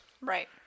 Right